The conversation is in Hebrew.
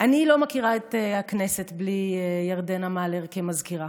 אני לא מכירה את הכנסת בלי ירדנה מלר כמזכירה.